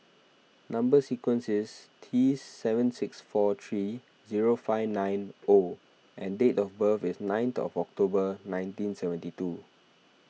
Number Sequence is T seven six four three zero five nine O and date of birth is ninth of October nineteen seventy two